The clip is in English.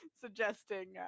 suggesting